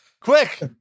Quick